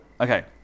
okay